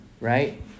right